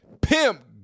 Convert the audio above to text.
Pimp